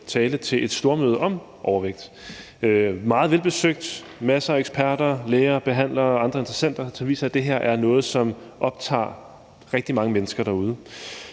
tale til et stormøde om overvægt. Det var meget velbesøgt – der var masser af eksperter, læger, behandlere og andre interessenter. Det viser, at det her er noget, som optager rigtig mange mennesker derude,